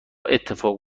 اتفاق